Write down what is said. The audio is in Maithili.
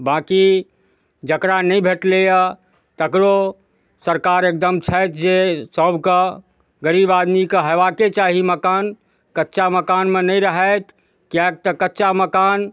बाँकी जकरा नहि भेटलैए तकरो सरकार एकदम छथि जे सब कऽ गरीब आदमी कऽ होयबाके चाही मकान कच्चा मकानमे नहि रहथि किएक तऽ कच्चा मकान